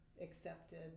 accepted